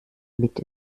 mit